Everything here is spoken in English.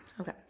Okay